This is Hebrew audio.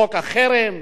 חוק החרם,